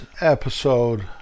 episode